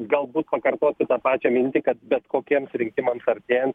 galbūt pakartosiu tą pačią mintį kad bet kokiems rinkimams artėjant